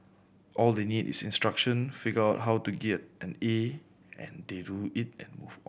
all they need is instruction figure out how to get an A and they do it and move on